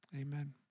Amen